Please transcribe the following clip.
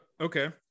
Okay